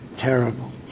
terrible